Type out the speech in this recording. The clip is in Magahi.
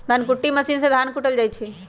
धन कुट्टी मशीन से धान कुटल जाइ छइ